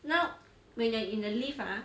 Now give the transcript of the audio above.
now when you're in the lift ah